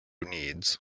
needs